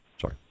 Sorry